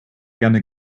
gerne